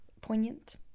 poignant